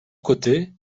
côté